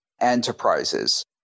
enterprises